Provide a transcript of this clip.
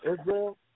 Israel